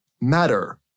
matter